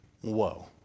whoa